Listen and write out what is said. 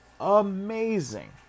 Amazing